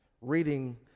reading